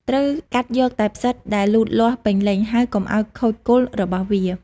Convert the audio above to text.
ត្រូវកាត់យកតែផ្សិតដែលលូតលាស់ពេញលេញ ហើយកុំឲ្យខូចគល់របស់វា។